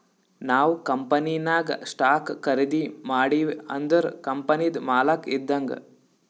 ನಾವ್ ಕಂಪನಿನಾಗ್ ಸ್ಟಾಕ್ ಖರ್ದಿ ಮಾಡಿವ್ ಅಂದುರ್ ಕಂಪನಿದು ಮಾಲಕ್ ಇದ್ದಂಗ್